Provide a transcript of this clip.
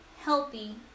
healthy